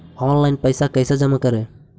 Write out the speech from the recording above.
Online पैसा कैसे जमा करे?